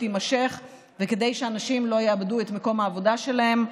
תימשך וכדי שאנשים לא יאבדו את מקום העבודה שלהם.